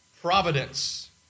Providence